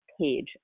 page